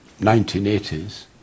1980s